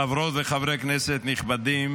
חברות וחברי כנסת נכבדים